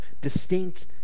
distinct